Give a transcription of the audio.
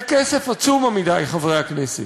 זה כסף עצום, עמיתי חברי הכנסת.